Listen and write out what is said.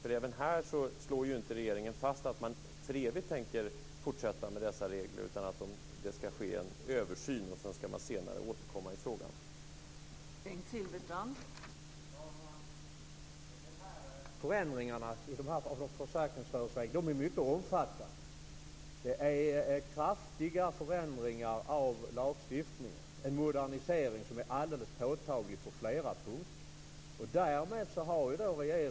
Regeringen slår inte heller här fast att man tänker ha kvar dessa regler för evigt. Det skall ske en översyn och man skall återkomma i frågan senare.